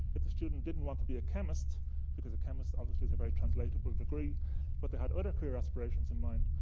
if the student didn't to be a chemist because a chemist obviously is a very translatable degree but they had other career aspirations in mind,